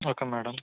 okay madam